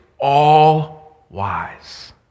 all-wise